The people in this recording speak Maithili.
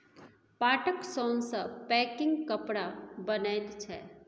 पाटक सोन सँ पैकिंग कपड़ा बनैत छै